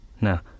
Now